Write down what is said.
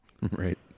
Right